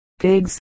pigs